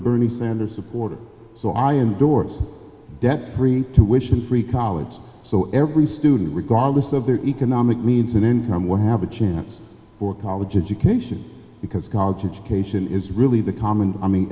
bernie sanders supporter so i endorse debt free to wish and free college so every student regardless of their economic means and income will have a chance for college education because college education is really the common